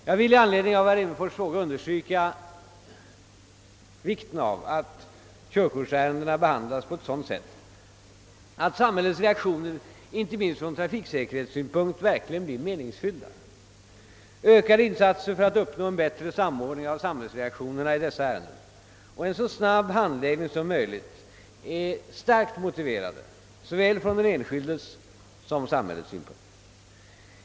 Jag vill i anledning av herr Rimmerfors” fråga understryka vikten av att körkortsärendena behandlas på sådant sätt att samhällets reaktioner inte minst från trafiksäkerhetssynpunkt verkligen blir meningsfyllda. Ökade insatser för att uppnå bättre samordning av samhällsreaktionerna i dessa ärenden och en så snabb handläggning som möjligt är starkt motiverade såväl från den enskildes som samhällets synpunkt.